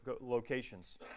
locations